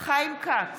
חיים כץ,